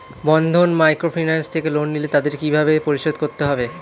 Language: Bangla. বন্ধন মাইক্রোফিন্যান্স থেকে লোন নিলে তাদের কিভাবে পরিশোধ করতে হয়?